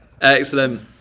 Excellent